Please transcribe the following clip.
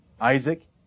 Isaac